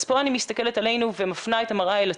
אז פה אני מסתכלת עלינו ומפנה את המראה אל עצמנו,